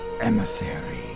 emissary